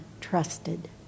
trusted